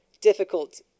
difficult